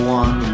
one